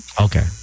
Okay